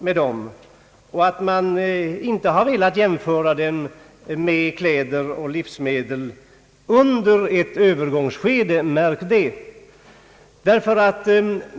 Man har inte velat jämställa dem med kläder och livsmedel — under ett övergångsskede, märk det!